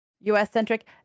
US-centric